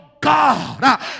God